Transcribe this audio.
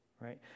right